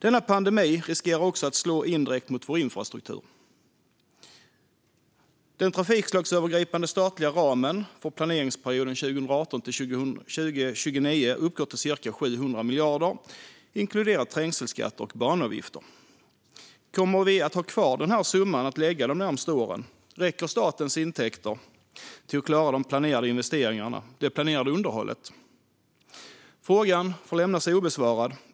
Denna pandemi riskerar att slå indirekt också mot vår infrastruktur. Den trafikslagsövergripande statliga ramen för planeringsperioden 2018-2029 uppgår till ca 700 miljarder, inkluderat trängselskatter och banavgifter. Kommer vi att ha kvar denna summa de närmaste åren? Räcker statens intäkter för att klara de planerade investeringarna och det planerade underhållet? Frågan får lämnas obesvarad.